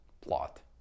plot